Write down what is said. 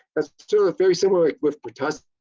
that's still a very similar with pertussis,